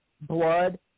blood